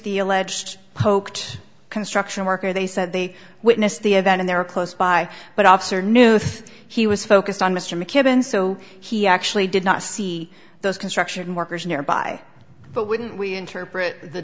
the alleged poked construction worker they said they witnessed the event in their close by but officer knew he was focused on mr mckibben so he actually did not see those construction workers nearby but wouldn't we interpret the